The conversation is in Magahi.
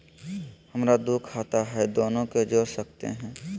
हमरा दू खाता हय, दोनो के जोड़ सकते है?